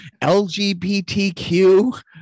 LGBTQ